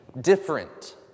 different